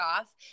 off